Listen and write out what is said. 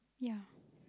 yeah